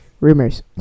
Rumors